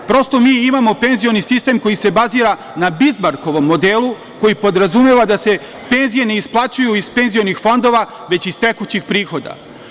Prosto, mi imamo penzioni sistem koji se bazira na Bizmarkovom modelu, koji podrazumeva da se penzije ne isplaćuju iz penzionih fondova, već ih tekućih prihoda.